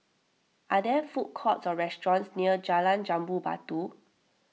are there food courts or restaurants near Jalan Jambu Batu